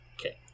Okay